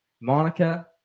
Monica